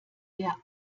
der